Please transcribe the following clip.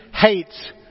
hates